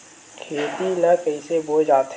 खेती ला कइसे बोय जाथे?